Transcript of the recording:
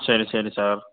சரி சரி சார்